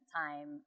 time